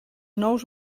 nous